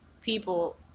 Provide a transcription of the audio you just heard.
people